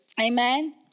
Amen